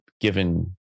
given